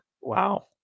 Wow